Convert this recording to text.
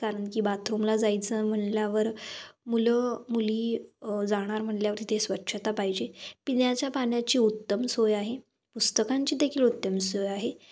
कारण की बाथरूमला जायचं म्हणल्यावर मुलं मुली जाणार म्हणल्यावर तिथे स्वच्छता पाहिजे पिण्याच्या पाण्याची उत्तम सोय आहे पुस्तकांची देेखील उत्तम सोय आहे